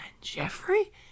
Jeffrey